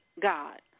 God